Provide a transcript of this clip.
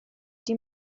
die